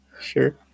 sure